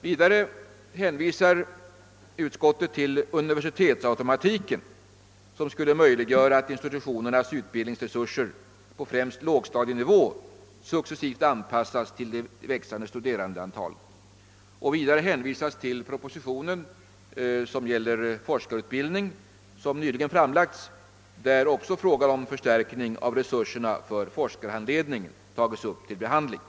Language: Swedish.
Vidare hänvisar utskottet till universitetsautomatiken, som skulle möjliggöra att institutionernas utbildningsresurser på främst lågstadienivå successivt anpassas till de växande studerandeantalen. Dessutom hänvisas till propositionen om forskarutbildning, som nyligen framlagts och där också frågan om förstärkning av resurserna för forskarhandledning tagits upp till behandling.